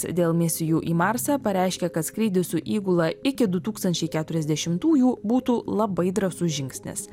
dėl misijų į marsą pareiškė kad skrydis su įgula iki du tūkstančiai keturiasdešimtųjų būtų labai drąsus žingsnis